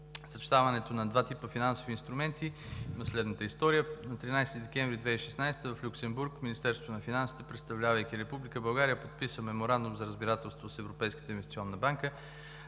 Съчетаването на два типа финансови инструменти има следната история: на 13 декември 2016 г. в Люксембург Министерството на финансите, представлявайки Република България, подписва Меморандум за разбирателство с Европейска инвестиционна банка.